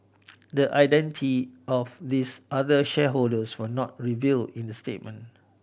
the identity of these other shareholders were not revealed in the statement